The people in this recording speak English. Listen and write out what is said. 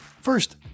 First